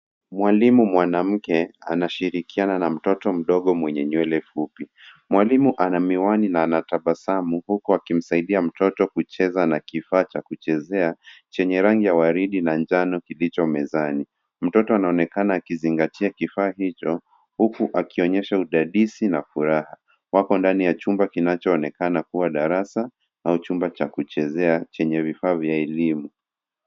Mwalimu mwanamke anashirikiana na mtoto mdogo mwenye nywele fupi. Mwalimu ana miwani na anatabasamu huku akimsaidia mtoto kucheza na kifaa cha kuchezea chenye rangi ya waridi na njano kilicho mezani. Mtoto anaonekana akizingatia kifaa hicho hukua akionysha udadisi na furaha. Wapo ndani ya chuma kinachoonekana kuwa darasa au chumba cha kuchezea chenye vifaa vya elimu.